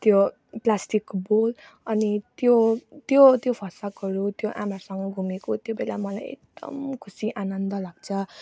त्यो प्लास्टिकको बोल अनि त्यो त्यो त्यो फँसाएकोहरू त्यो आमाहरूसँग घुमेको त्यो बेला मलाई एकदम खुसी आनन्द लाग्छ